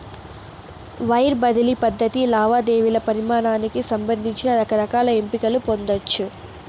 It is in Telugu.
వైర్ బదిలీ పద్ధతి లావాదేవీల పరిమానానికి సంబంధించి రకరకాల ఎంపికలు పొందచ్చు